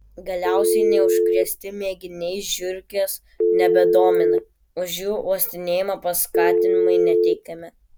galiausiai neužkrėsti mėginiai žiurkės nebedomina už jų uostinėjimą paskatinimai neteikiami